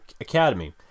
academy